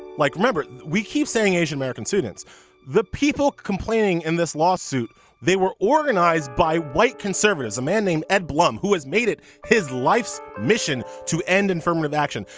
like remember we keep saying asian-american students the people complaining in this lawsuit they were organized by white conservatives a man named ed blum who has made it his life's mission to end affirmative action.